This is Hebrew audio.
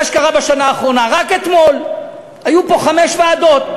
שקרה בשנה האחרונה: רק אתמול היו פה חמש ועדות,